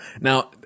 Now